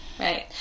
Right